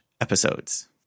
episodes